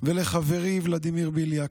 ולחברי ולדימיר בליאק,